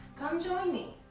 come join me.